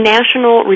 National